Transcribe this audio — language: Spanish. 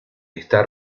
está